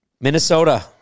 Minnesota